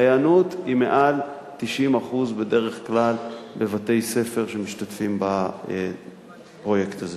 ההיענות היא מעל 90% בדרך כלל בבתי-ספר שמשתתפים בפרויקט הזה.